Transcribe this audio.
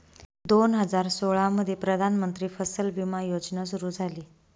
दोन हजार सोळामध्ये प्रधानमंत्री फसल विमा योजना सुरू झाली